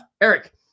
Eric